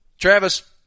Travis